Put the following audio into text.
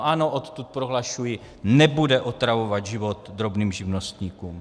Ano, odtud prohlašuji, nebude otravovat život drobným živnostníkům.